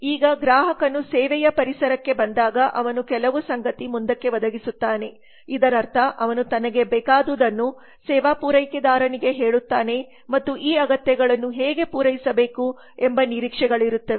ಈಗ ಗ್ರಾಹಕನು ಸೇವೇಯ ಪರಿಸರಕ್ಕೆ ಬಂದಾಗ ಅವನು ಕೆಲವು ಸಂಗತಿ ಮುಂದಕ್ಕೆ ಒದಗಿಸುತ್ತಾನೆ ಇದರರ್ಥ ಅವನು ತನಗೆ ಬೇಕಾದುದನ್ನು ಸೇವಾ ಪೂರೈಕೆದಾರನಿಗೆ ಹೇಳುತ್ತಾನೆ ಮತ್ತು ಈ ಅಗತ್ಯಗಳನ್ನು ಹೇಗೆ ಪೂರೈಸಬೇಕು ಎಂಬ ನಿರೀಕ್ಷೆಗಳಿರುತ್ತವೆ